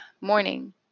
morning